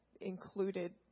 included